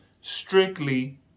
strictly